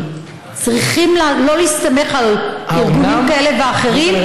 לא צריכים להסתמך על ארגונים כאלה ואחרים,